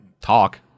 talk